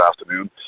afternoon